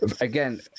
again